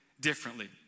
differently